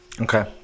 Okay